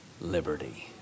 liberty